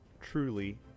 truly